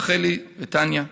רחלי וטניה.